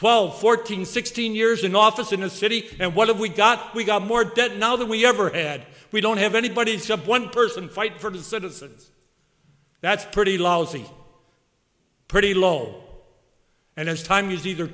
twelve fourteen sixteen years in office in a city and what have we got we got more debt now than we ever had we don't have anybody except one person fight for the citizens that's pretty lousy pretty low and it's time he's either